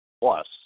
Plus